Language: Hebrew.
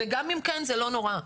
וגם אם כן, זה לא נורא.